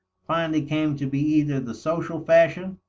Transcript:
finally came to be either the social fashion,